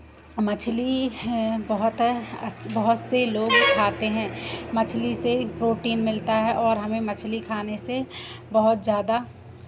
मछ्ली बहुत बहुत से लोग खाते हैं मछ्ली से प्रोटीन मिलता है और हमें मछ्ली खाने से बहुत ज़्यादा